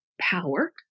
power